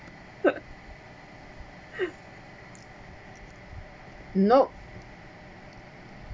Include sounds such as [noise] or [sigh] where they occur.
[laughs] nope